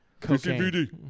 Cocaine